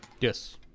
Yes